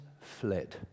fled